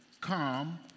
calm